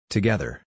Together